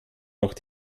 noch